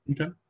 Okay